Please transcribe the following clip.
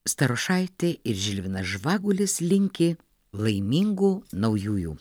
starošaitė ir žilvinas žvagulis linki laimingų naujųjų